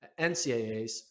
NCAAs